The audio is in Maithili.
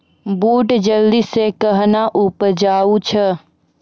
बूट जल्दी से कहना उपजाऊ छ?